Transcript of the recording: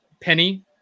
Penny